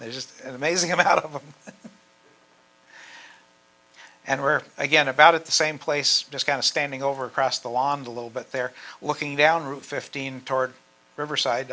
there's just an amazing amount of them and we're again about at the same place just kind of standing over across the lawn the little but they're looking down route fifteen toward riverside